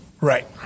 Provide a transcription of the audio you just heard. Right